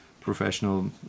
professional